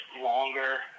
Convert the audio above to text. longer